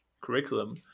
curriculum